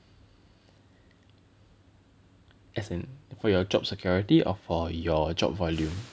as in for your job security or for your job volume